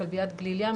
בכלביית גליל ים,